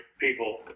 people